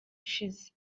ushize